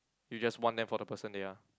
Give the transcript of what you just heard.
you just want them for the person they are